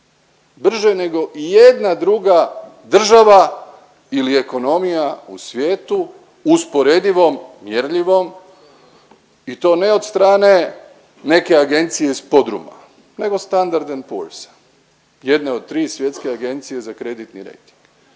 brže nego ijedna druga država ili ekonomija u svijetu usporedivom, mjerljivom i to ne od strane neke agencije iz podruma nego Standard&Poorsa, jedne od 3 svjetske agencije za kreditni rejting.